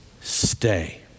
stay